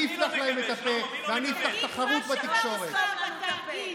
אני אפתח להם את הפה ואני אפתח תחרות בתקשורת.